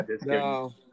No